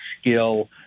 skill